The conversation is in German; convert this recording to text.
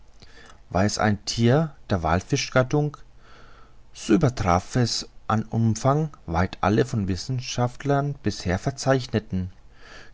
es ein thier von der wallfischgattung so übertraf es an umfang weit alle von der wissenschaft bisher verzeichneten